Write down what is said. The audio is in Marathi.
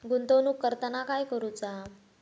गुंतवणूक करताना काय करुचा?